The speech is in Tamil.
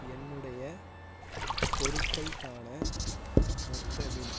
என்னுடைய பொருட்களுக்கான மொத்த பில்